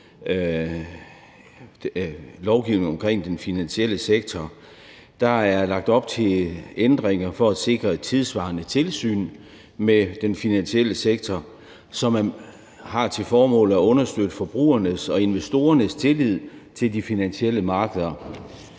lovgivningen omkring den finansielle sektor. Der er lagt op til ændringer for at sikre et tidssvarende tilsyn med den finansielle sektor, som har til formål at understøtte forbrugernes og investorernes tillid til de finansielle markeder.